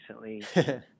recently